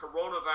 coronavirus